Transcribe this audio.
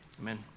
Amen